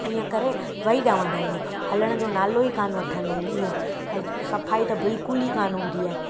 ऐं ईअं करे वई रहंदा आहिनि हलण जो नालो ई कान वठंदा आहिनि ईअं ऐं सफ़ाई त बिल्कुल ई कान हूंदी आहे